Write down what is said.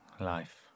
life